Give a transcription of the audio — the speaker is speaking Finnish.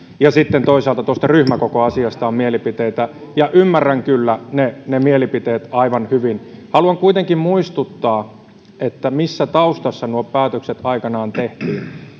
ja sitten toisaalta tuosta ryhmäkokoasiasta on mielipiteitä ymmärrän kyllä ne ne mielipiteet aivan hyvin haluan kuitenkin muistuttaa missä taustassa nuo päätökset aikanaan tehtiin